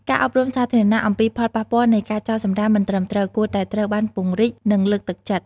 ការអប់រំសាធារណៈអំពីផលប៉ះពាល់នៃការចោលសំរាមមិនត្រឹមត្រូវ គួរតែត្រូវបានពង្រីក និងលើកទឹកចិត្ត។